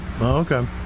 Okay